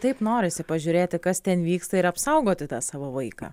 taip norisi pažiūrėti kas ten vyksta ir apsaugoti tą savo vaiką